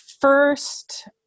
first